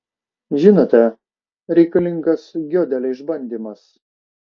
žinote reikalingas giodelio išbandymas